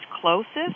closest